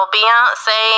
Beyonce